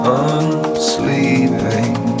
unsleeping